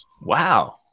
Wow